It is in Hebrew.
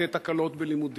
לתת הקלות בלימודים,